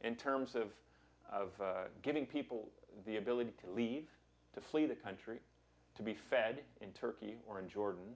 in terms of of giving people the ability to leave to flee the country to be fed in turkey or in